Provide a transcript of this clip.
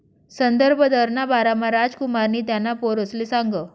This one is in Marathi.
संदर्भ दरना बारामा रामकुमारनी त्याना पोरसले सांगं